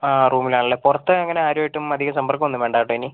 ആ റൂമിൽ ആണല്ലേ പുറത്ത് അങ്ങനെ ആരും ആയിട്ടും അധികം സമ്പർക്കം ഒന്നും വേണ്ട കേട്ടോ ഇനി